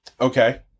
Okay